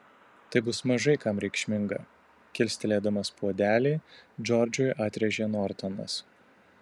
tai bus mažai kam reikšminga kilstelėdamas puodelį džordžui atrėžė nortonas